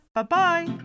Bye-bye